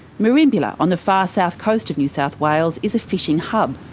merimbula, on the far south coast of new south wales, is a fishing hub.